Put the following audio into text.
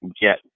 get